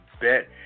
bet